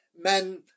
men